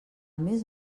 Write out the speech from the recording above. més